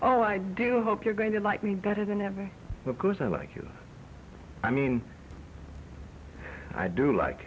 oh i do hope you're going to like me better than ever because i like you i mean i do like